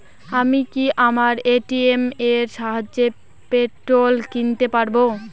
আমি কি আমার এ.টি.এম এর সাহায্যে পেট্রোল কিনতে পারব?